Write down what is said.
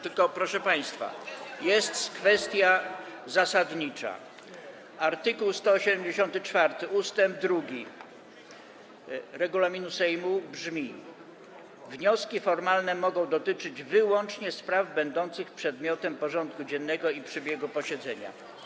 Tylko, proszę państwa, jest kwestia zasadnicza, art. 184 ust. 2 regulaminu Sejmu brzmi: Wnioski formalne mogą dotyczyć wyłącznie spraw będących przedmiotem porządku dziennego i przebiegu posiedzenia.